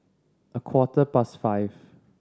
a quarter past five